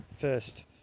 first